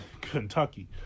Kentucky